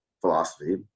philosophy